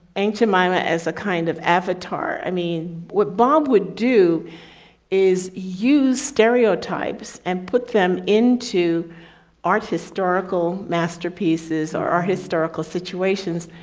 nkrumah as a kind of avatar. i mean, what bob would do is use stereotypes and put them into art historical masterpieces or historical situations,